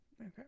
Okay